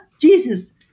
Jesus